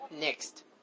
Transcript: Next